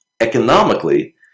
economically